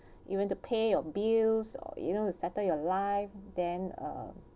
you want to pay your bills you know to settle your life then uh